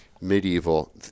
medieval